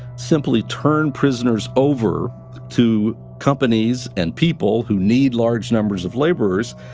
simply turn prisoners over to companies and people who need large numbers of laborers.